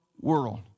world